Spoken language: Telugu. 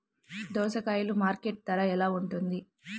దోసకాయలు మార్కెట్ ధర ఎలా ఉంటుంది?